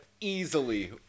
Easily